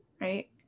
Right